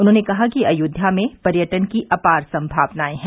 उन्होंने कहा कि अयोध्या में पर्यटन की अपार संभावनाएं हैं